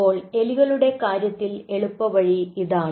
അപ്പോൾ എലികളുടെ കാര്യത്തിൽ എളുപ്പവഴി ഇതാണ്